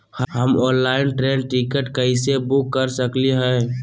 हम online train ticket कैसे book कर सकली हई?